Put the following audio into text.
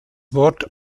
wort